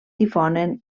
difonen